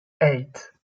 eight